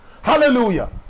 Hallelujah